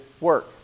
work